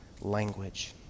language